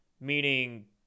meaning